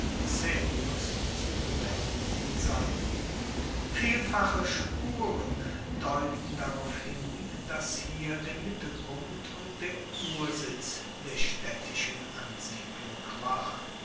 caelius zugewendeten seiten vielfache spuren deuten darauf hin dass hier der mittelpunkt und der ursitz der staedtischen ansiedlung war